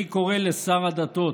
אני קורא לשר הדתות: